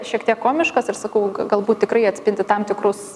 šiek tiek komiškas ir sakau galbūt tikrai atspindi tam tikrus